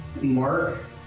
Mark